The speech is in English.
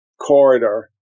corridor